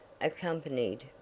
accompanied